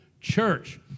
church